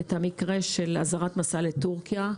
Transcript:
את המקרה של אזהרת מסע לתורכיה,